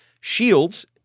Shields